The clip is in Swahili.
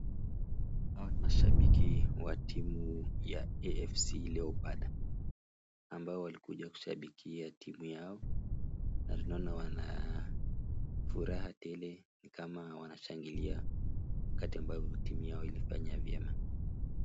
Hawa ni mashabiki wa timu ya AFC Leopard, ambao walikuja kushabikia timu yao na tunaona wana furaha tele ni kama wanashangilia wakati ambayo timu yao ilifanya vyema.